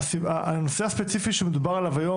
הנושא הספציפי שמדובר עליו היום,